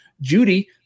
Judy